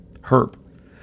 Herb